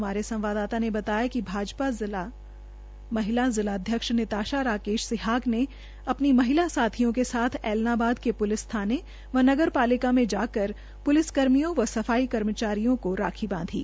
हमारी संवाददाता ने बताया कि भाजपा जिला महिला जिलाध्यक्ष निताशा राकेश सिहाग अपनी महिला साथियों के साथ एलनाबाद के पुलिस थाने व नगर पलिका जाकर पुलिस कर्मियों व सफाई कर्मियों को राखी बांधी